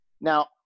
now